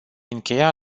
încheia